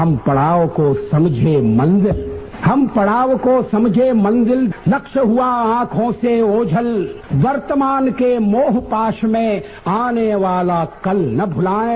हम पड़ाव को समझे मंजिल हम पड़ाव को समझे मंजिल लक्ष्य हुआ आंखों से ओझल वर्तमान के मोहपाश में आने वाला कल न भुलाएं